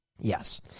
Yes